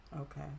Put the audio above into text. Okay